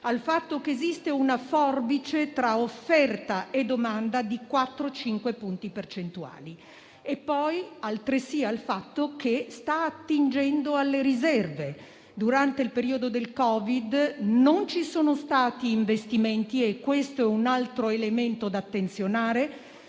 al fatto che esiste una forbice tra offerta e domanda di 4-5 punti percentuali. Risponde anche al fatto che sta attingendo alle riserve. Durante il periodo del Covid-19 non ci sono stati investimenti e questo è un altro elemento da attenzionare.